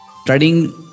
studying